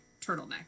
turtleneck